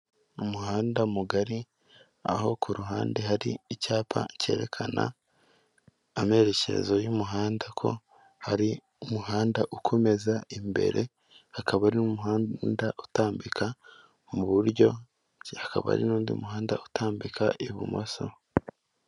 Umuhanda mugari, aho ku ruhande hari icyapa cyerekana amerekezo y'umuhanda ko hari umuhanda ukomeza imbere, hakaba ari n'umuhanda utambika mu buryo, hakaba hari n'undi muhanda utambika ibumoso.